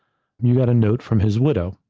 you got a note from his widow.